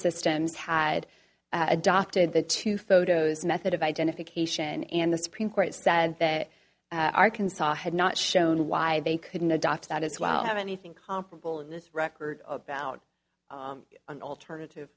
systems had adopted the two photos method of identification and the supreme court said that arkansas had not shown why they couldn't adopt that as well have anything comparable in this record about an alternative